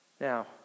Now